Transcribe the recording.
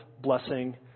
blessing